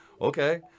Okay